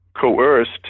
coerced